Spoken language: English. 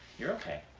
you're okay.